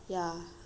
ya